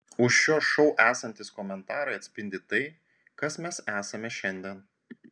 už šio šou esantys komentarai atspindi tai kas mes esame šiandien